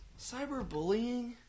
Cyberbullying